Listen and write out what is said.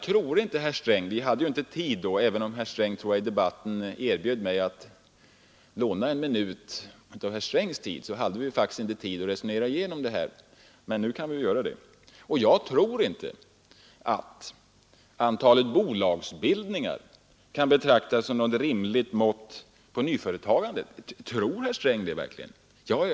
Även om herr Sträng i den debatten erbjöd mig att få låna en minut av hans tid, hann vi i TV-debatten inte resonera igenom detta. Men nu kan vi göra det. Jag tror inte att antalet bolagsbildningar är något rimligt mått på nyföretagandet. Tror herr Sträng verkligen det?